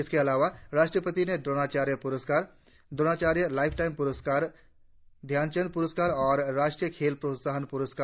इसके अलावा राष्ट्रपति ने द्रोणाचार्य प्रस्कार द्रोणाचार्य लाइफटाइम पुरस्कार ध्यानचंद पुरस्कार और राष्ट्रीय खेल प्रोत्साहन पुरकार भी प्रदान किए